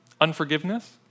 unforgiveness